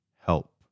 help